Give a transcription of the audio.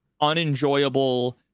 unenjoyable